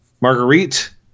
Marguerite